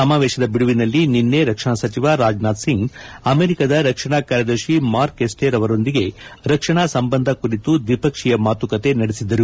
ಸಮಾವೇಶದ ಬಿಡುವಿನಲ್ಲಿ ನಿಸೈ ರಕ್ಷಣಾ ಸಚಿವ ರಾಜನಾಥ್ ಸಿಂಗ್ ಅವರು ಅಮೆರಿಕಾದ ರಕ್ಷಣಾ ಕಾರ್ಯದರ್ಶಿ ಮಾರ್ಕ್ ಎಸ್ಸೇರ್ ಅವರೊಂದಿಗೆ ರಕ್ಷಣಾ ಸಂಬಂಧ ಕುರಿತು ದ್ನಿಪಕ್ಷೀಯ ಮಾತುಕತೆ ನಡೆಸಿದರು